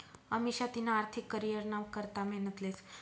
अमिषा तिना आर्थिक करीयरना करता मेहनत लेस